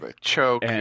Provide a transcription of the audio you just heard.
Choke